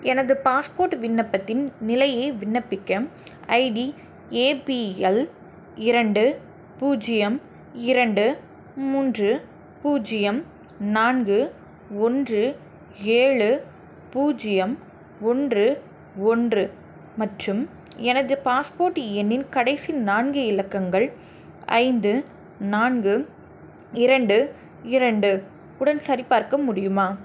எனது பாஸ்போர்ட் விண்ணப்பத்தின் நிலையை விண்ணப்பிக்க ஐடி ஏபிஎல் இரண்டு பூஜ்ஜியம் இரண்டு மூன்று பூஜ்ஜியம் நான்கு ஒன்று ஏழு பூஜ்ஜியம் ஒன்று ஒன்று மற்றும் எனது பாஸ்போர்ட் எண்ணின் கடைசி நான்கு இலக்கங்கள் ஐந்து நான்கு இரண்டு இரண்டு உடன் சரிபார்க்க முடியுமா